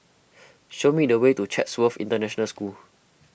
show me the way to Chatsworth International School